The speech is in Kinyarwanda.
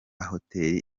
hoteli